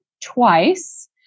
twice